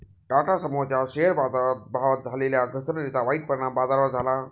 टाटा समूहाच्या शेअरच्या भावात झालेल्या घसरणीचा वाईट परिणाम बाजारावर झाला